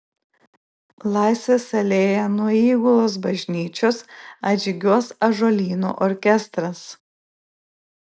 laisvės alėja nuo įgulos bažnyčios atžygiuos ąžuolyno orkestras